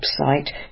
website